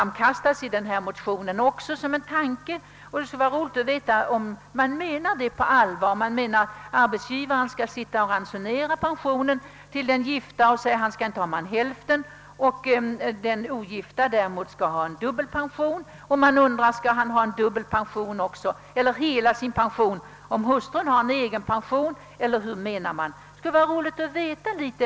Även i denna motion antydes att arbetsgivaren skall ransonera pensionen till den gifte och ge honom halv pension medan den ogifte skulle få hel pension. Det vore som sagt roligt att veta vad man menar.